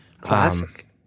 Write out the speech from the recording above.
classic